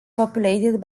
populated